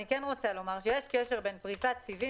אני כן רוצה לומר שיש קשר בין פריסת סיבים